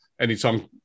anytime